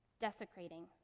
desecrating